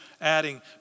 adding